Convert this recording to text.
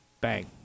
Bang